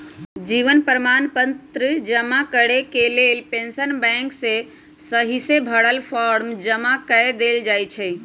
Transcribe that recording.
जीवन प्रमाण पत्र जमा करेके लेल पेंशन बैंक में सहिसे भरल फॉर्म जमा कऽ देल जाइ छइ